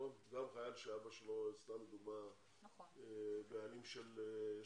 גם חייל שלאבא שלו - סתם דוגמא - יש ארבעה